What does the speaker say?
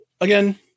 again